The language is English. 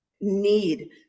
need